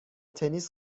تنیس